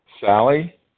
Sally